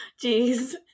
Jeez